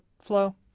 flow